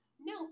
No